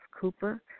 Cooper